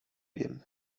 wiem